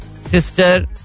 sister